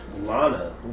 Lana